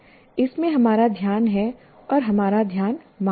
इसमें हमारा ध्यान है और हमारा ध्यान मांगता है